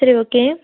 சரி ஓகே